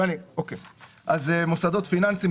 מוסדות פיננסיים,